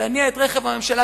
תניע את רכב הממשלה,